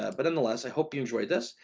ah but nonetheless, i hope you enjoyed this.